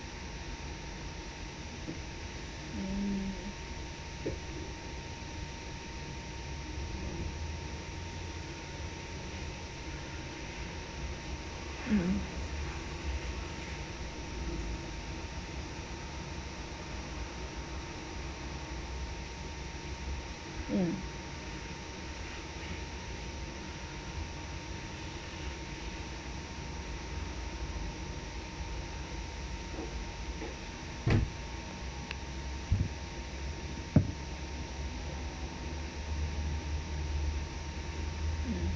mm mm mm